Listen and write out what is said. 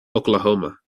oklahoma